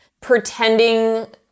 pretending